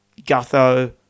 Gutho